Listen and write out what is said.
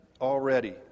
already